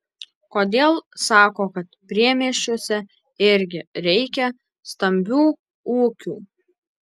kodėl sako kad priemiesčiuose irgi reikia stambių ūkių